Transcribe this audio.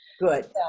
Good